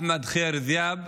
אחמד חיר דיאב,